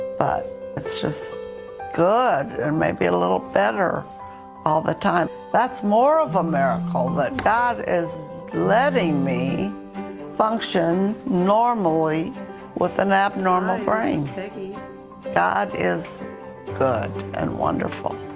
but it's just good or maybe a little better all the time. that's more of a miracle. um but god is letting me function normally with an abnormal brain. god is good and wonderful.